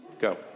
Go